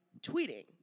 tweeting